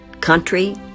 country